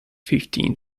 fifteen